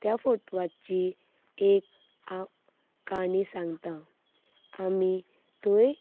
त्या फोटवाची एक हांव काणी सांगतां आमी थंय